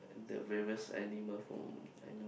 the various animal whom I know